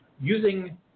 using